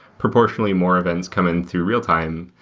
proportionally more events come in through real-time,